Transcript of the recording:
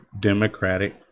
Democratic